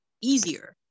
easier